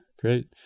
Great